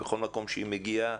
ובכל מקום שהיא מגיעה,